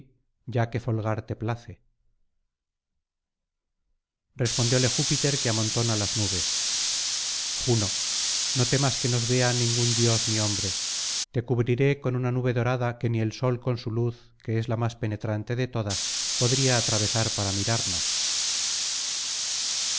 ya que folgar te place respondióle júpiter que amontónalas nubes juno no temas que nos vea ningún dios ni hombre te cubriré con una nube dorada que ni el sol con su luz que es la más penetrante de todas podría atravesar para mirarnos